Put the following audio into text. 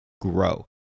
grow